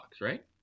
right